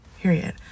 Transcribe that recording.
period